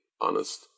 honest